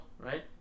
right